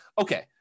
okay